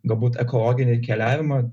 galbūt ekologinį keliavimą